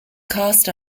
cast